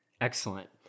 Excellent